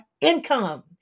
income